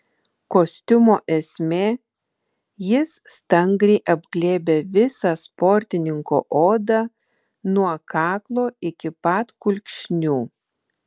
kostiumo esmė jis stangriai apglėbia visą sportininko odą nuo kaklo iki pat kulkšnių